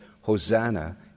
Hosanna